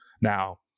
Now